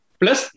plus